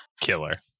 killer